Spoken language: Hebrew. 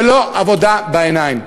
ולא עבודה בעיניים.